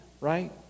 Right